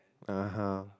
ah !huh!